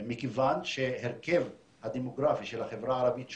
מכיוון שההרכב הדמוגרפי של החברה הערבית שונה,